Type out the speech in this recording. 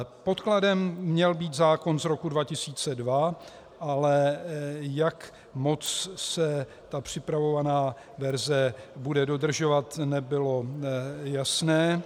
Podkladem měl být zákon z roku 2002, ale jak moc se ta připravovaná verze bude dodržovat, nebylo jasné.